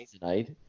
tonight